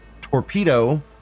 torpedo